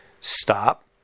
stop